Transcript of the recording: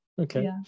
okay